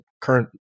current